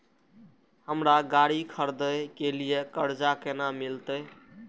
हमरा गाड़ी खरदे के लिए कर्जा केना मिलते?